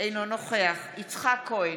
אינו נוכח יצחק כהן,